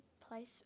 place